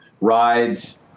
rides